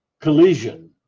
collision